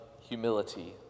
humility